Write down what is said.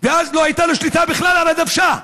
ואז לא הייתה לו שליטה בכלל על הדוושה.